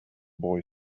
boy